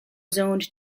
zoned